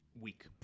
week